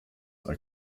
are